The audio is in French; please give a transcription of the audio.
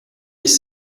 des